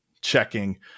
checking